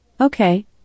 Okay